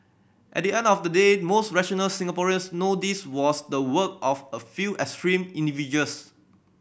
at the end of the day most rational Singaporeans know this was the work of a few extreme individuals